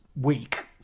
week